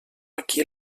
aquí